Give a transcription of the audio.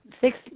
Six